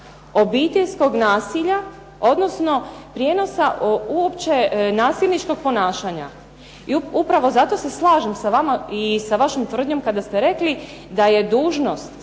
obiteljskog nasilja odnosno prijenosa uopće nasilničkog ponašanja. Upravo zato se slažem sa vama i sa vašom tvrdnjom kada ste rekli da je dužnost